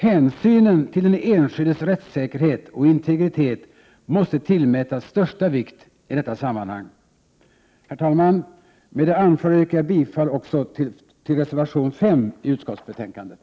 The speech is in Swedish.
Hänsynen till den enskildes rättssäkerhet och integritet måste tillmätas största vikt i detta sammanhang. Herr talman! Med det anförda yrkar jag bifall också till reservation nr 5 i utskottsbetänkandet.